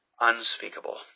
unspeakable